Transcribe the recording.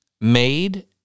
made